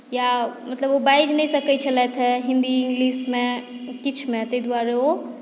या मतलब ओ बाजि नहि सकैत छलथि हेँ हिन्दी इङ्गलिशमे किछु नहि ताहि द्वारे ओ